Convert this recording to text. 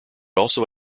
also